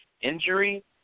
injury